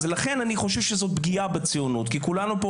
אז לכן אני חושב שזו פגיעה בציונות כי כולנו פה